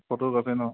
ফটোগ্ৰাফেই ন